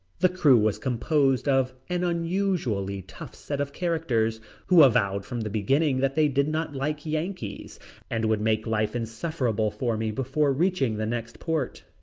the crew was composed of an unusually tough set of characters who avowed from the beginning that they did not like yankees and would make life insufferable for me before reaching the next port.